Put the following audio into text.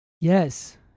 Yes